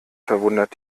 verwundert